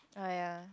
oh ya